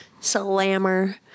Slammer